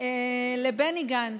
לבני גנץ.